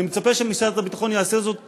אני מצפה שמשרד הביטחון יעשה זאת עכשיו,